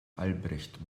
albrecht